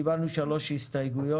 קיבלנו שלוש הסתייגויות,